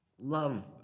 love